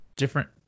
different